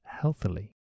healthily